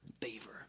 favor